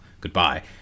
goodbye